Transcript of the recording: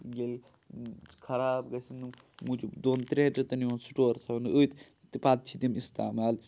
ییٚلہِ خراب گژھن یِم موٗجوٗب دۄن ترٛٮ۪ن رٮ۪تَن یِوان سٹور تھاونہٕ أتھۍ تہٕ پَتہٕ چھِ تِم استعمال